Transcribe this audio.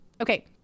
Okay